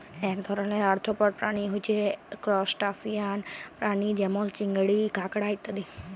এক ধরণের আর্থ্রপড প্রাণী হচ্যে ত্রুসটাসিয়ান প্রাণী যেমল চিংড়ি, কাঁকড়া ইত্যাদি